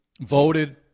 voted